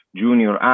junior